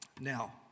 Now